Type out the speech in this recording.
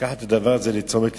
לקחת את הדבר הזה לתשומת לבנו.